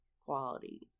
quality